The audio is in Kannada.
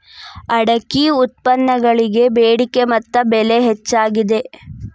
ಅಡಿಕೆ ಉತ್ಪನ್ನಗಳಿಗೆ ಬೆಡಿಕೆ ಮತ್ತ ಬೆಲೆ ಹೆಚ್ಚಾಗಿದೆ